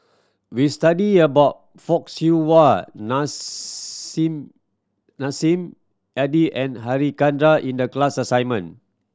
we studied about Fock Siew Wah Nissim Nassim Adis and Harichandra in the class assignment